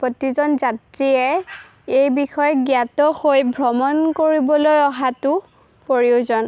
প্ৰতিজন যাত্ৰীয়ে এই বিষয়ে জ্ঞাত হৈ ভ্ৰমণ কৰিবলৈ অহাটোৰ প্ৰয়োজন